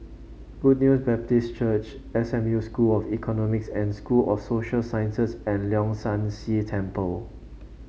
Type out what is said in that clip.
Good News Baptist Church S M U School of Economics and School of Social Sciences and Leong San See Temple